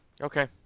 Okay